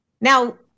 Now